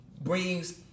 brings